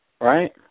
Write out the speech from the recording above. right